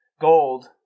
gold